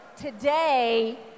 today